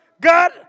God